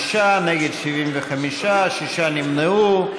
6, נגד, 75, שישה נמנעו.